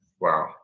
Wow